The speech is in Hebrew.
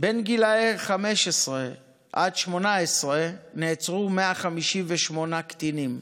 בגילאי 15 עד 18 נעצרו 158 קטינים,